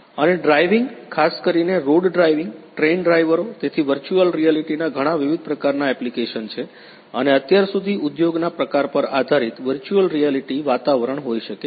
અને ડ્રાઇવિંગ ખાસ કરીને રોડ ડ્રાઇવિંગ ટ્રેન ડ્રાઇવરો તેથી વર્ચુઅલ રિયાલિટીના ઘણાં વિવિધ પ્રકારનાં એપ્લીકેશન છે અને અત્યાર સુધી ઉદ્યોગના પ્રકાર પર આધારીત વર્ચુઅલ રિયાલિટી વાતાવરણ હોઈ શકે છે